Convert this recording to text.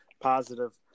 Positive